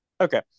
Okay